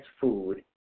food